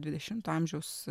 dvidešimto amžiaus